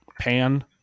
Pan